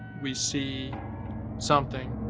we see something.